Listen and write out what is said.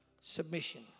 submission